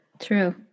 True